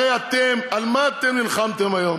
הרי אתם, על מה אתם נלחמתם היום?